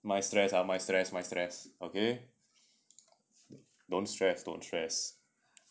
mai stress ah mai stress mai stress okay don't stress don't stress